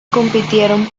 compitieron